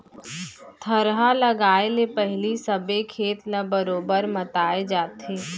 थरहा लगाए ले पहिली सबे खेत ल बरोबर मताए जाथे